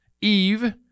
Eve